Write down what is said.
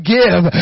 give